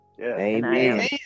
Amen